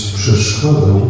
przeszkodą